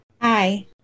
Hi